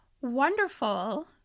wonderful